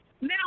Now